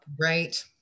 Right